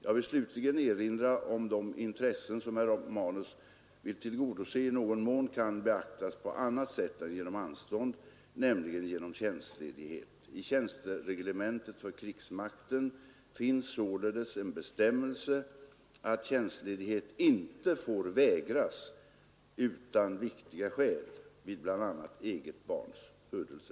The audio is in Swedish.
Jag vill slutligen erinra om att de intressen som herr Romanus vill tillgodose i någon mån kan beaktas på annat sätt än genom anstånd, nämligen genom tjänstledighet. I Tjänstereglementet för krigsmakten finns således en bestämmelse att tjänstledighet inte får vägras utan viktiga skäl vid bl.a. eget barns födelse.